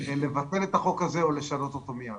לבטל את החוק הזה או לשנות אותו מייד.